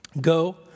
Go